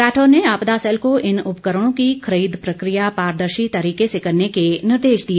राठौर ने आपदा सैल को इन उपकरणों की खरीद प्रक्रिया पारदर्शी तरीके से करने के निर्देश दिए